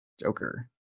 Joker